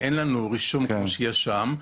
אין לנו רישום כמו מה שקורה שם.